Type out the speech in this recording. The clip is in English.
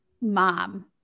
mom